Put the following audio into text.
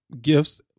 gifts